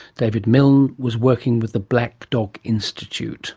david milne was working with the black dog institute